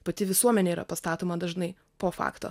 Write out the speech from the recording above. pati visuomenė yra pastatoma dažnai po fakto